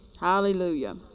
Hallelujah